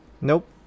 Nope